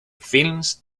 films